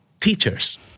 teachers